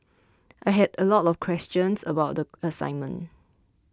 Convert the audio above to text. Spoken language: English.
I had a lot of questions about the assignment